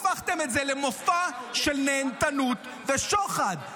הפכתם את זה למופע של נהנתנות ושוחד.